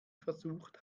versucht